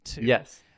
Yes